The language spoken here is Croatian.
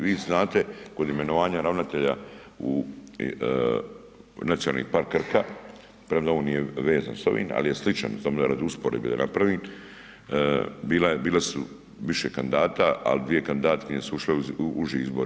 Vi znate kod imenovanja ravnatelja u, Nacionalni park Krka, premda on nije vezan s ovim ali je sličan, samo radi usporedbe da napravim, bilo je više kandidata ali dvije kandidatkinje su ušle u uži izbor.